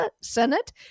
Senate